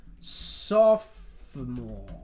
Sophomore